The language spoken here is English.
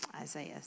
Isaiah